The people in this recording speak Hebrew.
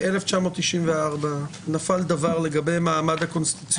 בשנת 1994 נפל דבר לגבי המעמד הקונסטיטוציוני של מגילת העצמאות.